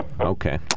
Okay